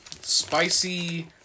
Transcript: spicy